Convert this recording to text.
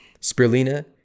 spirulina